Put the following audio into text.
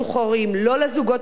לא לזוגות הצעירים,